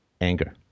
anger